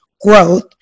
growth